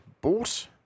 bought